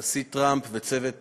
הנשיא טראמפ וצוות